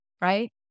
right